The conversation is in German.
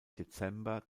dezember